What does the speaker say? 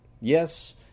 Yes